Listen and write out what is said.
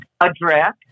address